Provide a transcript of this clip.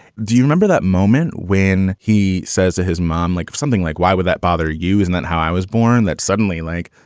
do you remember that moment when he says that his mom like something like, why would that bother you? is and that how i was born? that suddenly, like,